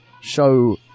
show